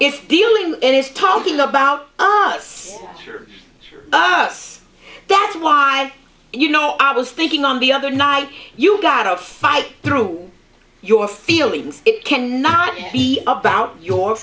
is dealing and is talking about us us that's why you know i was thinking on the other night you gotta fight through your feelings it can not be about your